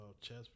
Chess